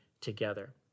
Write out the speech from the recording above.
together